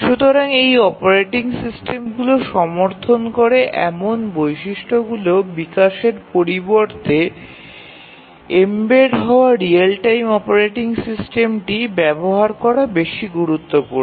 সুতরাং এই অপারেটিং সিস্টেমগুলি সমর্থন করে এমন বৈশিষ্ট্যগুলি বিকাশের পরিবর্তে এম্বেড হওয়া রিয়েল টাইম অপারেটিং সিস্টেমটি ব্যবহার করা বেশি গুরুত্বপূর্ণ